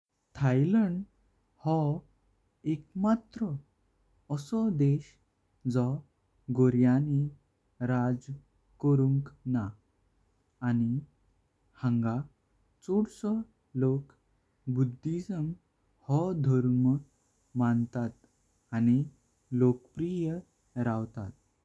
Thailand हो एकमात्रो आस्क देश जो गोऱयानी राज करूंक ना। आणि हांगा चौदसो लोक बुद्धिज्म हो धर्म मनतात आणि लोकप्रिय रवतात।